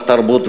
בתרבות,